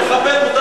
למחבל מותר,